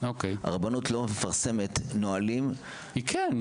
הרבנות לא מפרסמת נהלים --- היא כן.